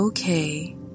Okay